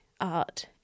art